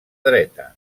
dreta